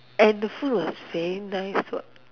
and the food was very nice what